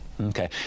Okay